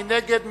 מי נגד?